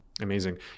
amazing